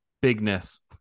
bigness